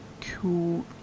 cool